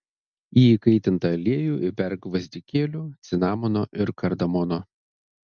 į įkaitintą aliejų įberk gvazdikėlių cinamono ir kardamono